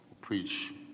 preach